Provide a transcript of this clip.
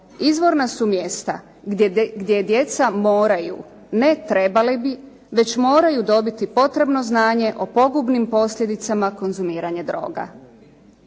izvorna su mjesta gdje djeca moraju, ne trebali bi već moraju dobiti potrebno znanje o pogubnim posljedicama konzumiranja droga.